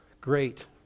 great